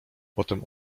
potem